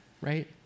right